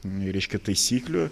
reiškia taisyklių